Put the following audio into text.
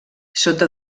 sota